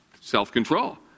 self-control